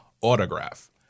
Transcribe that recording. autograph